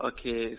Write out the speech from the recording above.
Okay